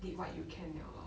did what you can liao lor